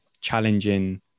challenging